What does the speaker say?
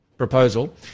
Proposal